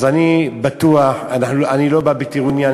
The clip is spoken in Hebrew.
אני לא בא בטרוניה,